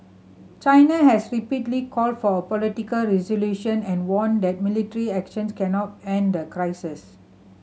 China has repeatedly called for a political resolution and warned that military actions cannot end the crisis